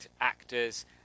actors